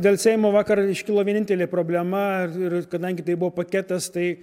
dėl seimo vakar iškilo vienintelė problema ir kadangi tai buvo paketas tai